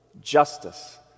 justice